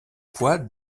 poids